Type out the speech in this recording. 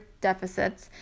deficits